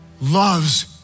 loves